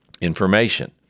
information